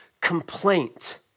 complaint